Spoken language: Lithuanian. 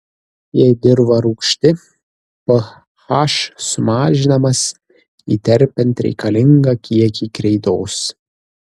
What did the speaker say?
jei dirva rūgšti ph sumažinamas įterpiant reikalingą kiekį kreidos